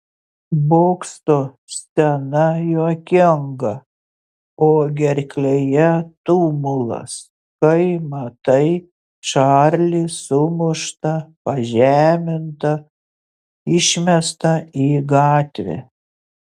bokso scena juokinga o gerklėje tumulas kai matai čarlį sumuštą pažemintą išmestą į gatvę